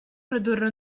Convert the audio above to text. produrre